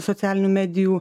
socialinių medijų